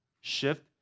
Shift